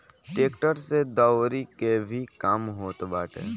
tractor से दवरी के भी काम होत बाटे